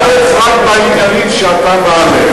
הוא לא קופץ רק בעניינים שאתה מעלה,